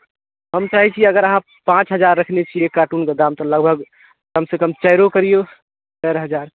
हम चाहैत छियै अगर अहाँ पाँच हजार रखने छियै एक कार्टूनक दाम तऽ लगभग कमसँ कम चारियो करियौ चारि हजार